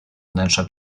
wnętrza